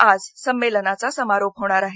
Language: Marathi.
आज संमेलनाचा समारोप होणार आहे